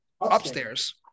upstairs